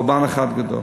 חורבן אחד גדול.